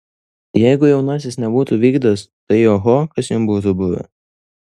jeigu jaunasis nebūtų vykdęs tai oho kas jam būtų buvę